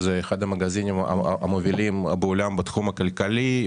שהוא אחד המגזינים המובילים בעולם בתחום הכלכלי,